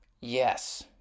yes